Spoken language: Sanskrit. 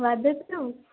वदतु